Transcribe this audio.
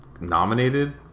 nominated